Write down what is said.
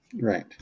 Right